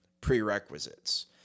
prerequisites